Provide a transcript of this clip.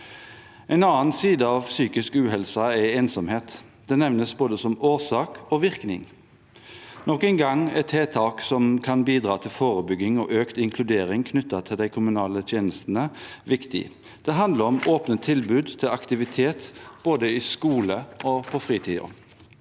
En annen side av psykisk uhelse er ensomhet. Det nevnes som både årsak og virkning. Nok en gang er tiltak som kan bidra til forebygging og økt inkludering knyttet til de kommunale tjenestene, viktig. Det handler om åpne tilbud til aktivitet både i skole og på fritiden.